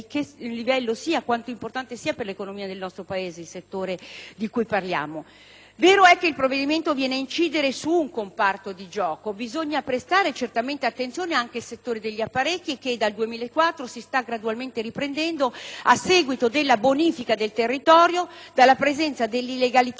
Vero è che il provvedimento viene ad incidere su un comparto di gioco. Bisogna certamente prestare attenzione anche al settore degli apparecchi che dal 2004 si sta gradualmente riprendendo a seguito della bonifica del territorio dalla presenza dell'illegalità diffusa dei vecchi *videopoker* e della malavita organizzata. Quindi il provvedimento, cosi come modificato